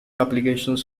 applications